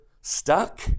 stuck